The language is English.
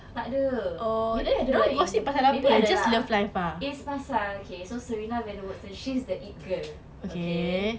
tak ada maybe ada like in maybe ada lah it's pasal okay so serena she's the it girl okay